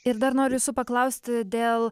ir dar noriu jūsų paklausti dėl